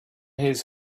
his